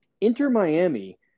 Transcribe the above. Inter-Miami